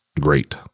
great